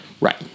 right